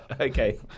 Okay